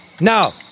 Now